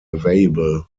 available